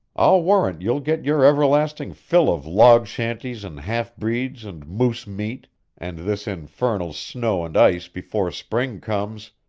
i'll warrant you'll get your everlasting fill of log shanties and half-breeds and moose meat and this infernal snow and ice before spring comes.